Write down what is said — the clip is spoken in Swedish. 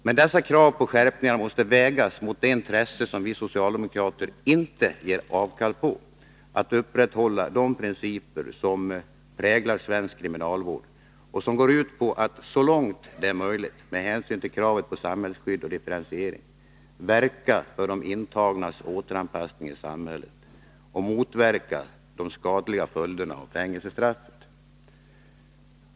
Men dessa krav på skärpningar måste vägas mot det intresse som vi socialdemokrater inte ger avkall på, nämligen att upprätthålla de principer som präglar svensk kriminalvård och som går ut på att, så långt det är möjligt med hänsyn till kravet på samhällsskydd och differentiering, verka för de intagnas återanpassning i samhället och motverka de skadliga följderna av fängelsestraffet.